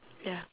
ya